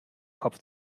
kopf